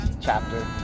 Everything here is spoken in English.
chapter